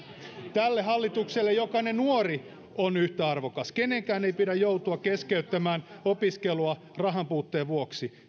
tälle hallitukselle jokainen nuori on yhtä arvokas kenenkään ei pidä joutua keskeyttämään opiskelua rahanpuutteen vuoksi